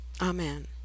Amen